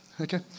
Okay